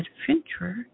adventurer